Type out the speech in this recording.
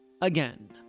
again